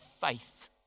faith